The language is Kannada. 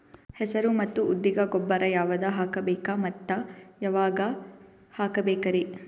ಹೆಸರು ಮತ್ತು ಉದ್ದಿಗ ಗೊಬ್ಬರ ಯಾವದ ಹಾಕಬೇಕ ಮತ್ತ ಯಾವಾಗ ಹಾಕಬೇಕರಿ?